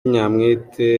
nyamitwe